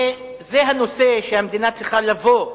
זה הנושא שבו המדינה צריכה לבוא